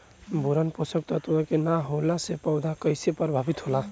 Boron पोषक तत्व के न होला से पौधा कईसे प्रभावित होला?